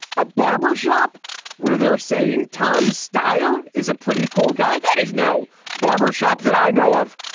a barber shop where they're saying tom stier is a pretty cool guy, that he's no barber shop that i know of.